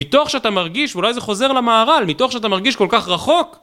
מתוך שאתה מרגיש, ואולי זה חוזר למהר"ל, מתוך שאתה מרגיש כל כך רחוק